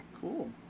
Cool